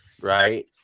right